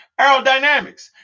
aerodynamics